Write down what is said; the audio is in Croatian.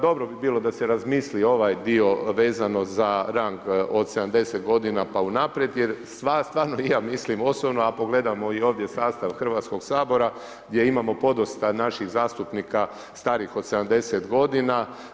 Dobro bi bilo da se razmisli ovaj dio vezano za rang od 70 godina pa unaprijed jer stvarno i ja mislim osobno a pogledamo i ovdje sastav Hrvatskog sabora gdje imamo podosta naših zastupnika starijih od 70 godina.